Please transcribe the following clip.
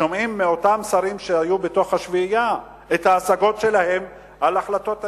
שומעים מאותם שרים שהיו בתוך השביעייה את ההשגות שלהם על החלטות הממשלה,